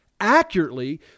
accurately